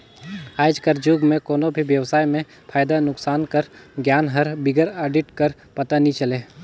आएज कर जुग में कोनो भी बेवसाय में फयदा नोसकान कर गियान हर बिगर आडिट कर पता नी चले